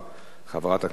חברת הכנסת עינת וילף,